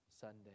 Sunday